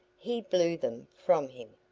he blew them from him.